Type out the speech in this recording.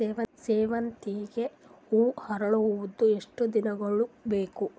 ಸೇವಂತಿಗೆ ಹೂವು ಅರಳುವುದು ಎಷ್ಟು ದಿನಗಳು ಬೇಕು?